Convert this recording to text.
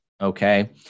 okay